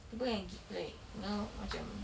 people yang gi~ like you know macam